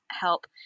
help